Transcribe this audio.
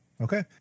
Okay